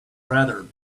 rather